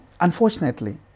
Unfortunately